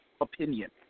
opinion